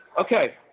Okay